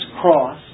cross